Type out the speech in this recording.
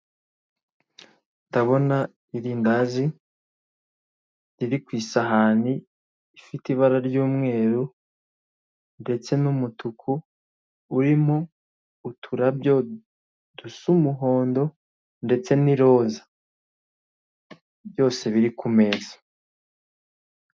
Ndabona irindazi riri kw'isahani ifite ibara ry'umweru ndetse n'umutuku urimo uturabyo dusa umuhondo ndetse n'iroza, byose biri ku meza.